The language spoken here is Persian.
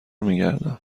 میگردم